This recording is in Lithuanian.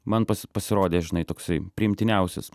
man pasirodė žinai toksai priimtiniausias